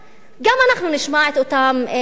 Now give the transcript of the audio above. נשמע את אותם דברים.